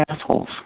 assholes